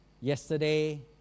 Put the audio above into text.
yesterday